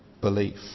belief